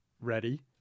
ready